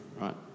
right